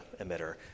emitter